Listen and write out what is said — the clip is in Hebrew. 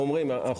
אבל קבענו .